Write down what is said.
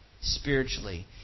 spiritually